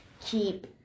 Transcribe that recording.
keep